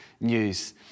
news